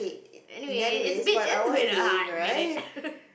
anyway it's been it's been a hot minute